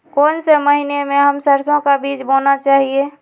कौन से महीने में हम सरसो का बीज बोना चाहिए?